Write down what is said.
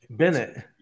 Bennett